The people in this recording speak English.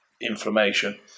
inflammation